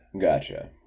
Gotcha